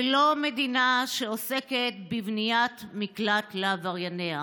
ולא מדינה שעוסקת בבניית מקלט לעברייניה.